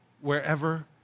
wherever